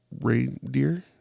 reindeer